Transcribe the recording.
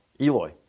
Eloy